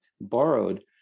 borrowed